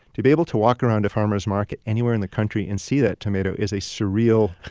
to be able to walk around a farmers market anywhere in the country and see that tomato is a surreal,